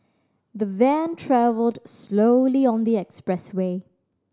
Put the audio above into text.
the van travelled slowly on the expressway